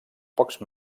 pocs